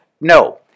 no